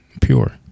pure